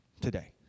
today